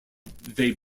they